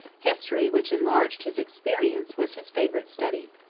history, which enlarged his experience, was his favorite study.